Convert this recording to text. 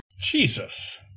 Jesus